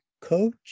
coach